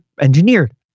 engineered